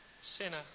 sinner